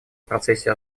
процессе